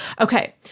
Okay